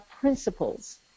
principles